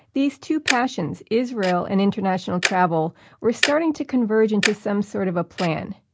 these two passions israel and international travel were starting to converge into some sort of a plan.